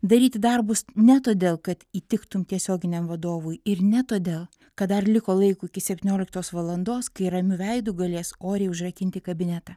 daryti darbus ne todėl kad įtiktum tiesioginiam vadovui ir ne todėl kad dar liko laiko iki septynioliktos valandos kai ramiu veidu galės oriai užrakinti kabinetą